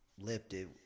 lifted